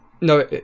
no